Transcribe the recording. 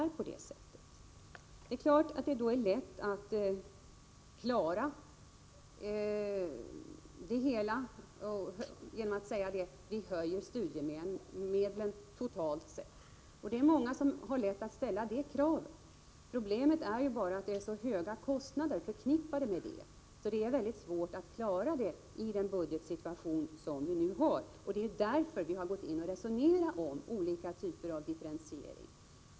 Visst är det lätt att lösa problemen genom att säga: Vi höjer studiemedlen totalt sett. Det förefaller enkelt för många att ställa ett sådant krav. Problemet är bara att så höga kostnader är förknippade med ett sådant tillvägagångssätt att det är svårt att klara det i den budgetsituation vi har nu. Det är därför vi har resonerat om olika typer av differentiering.